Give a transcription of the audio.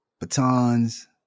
batons